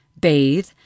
bathe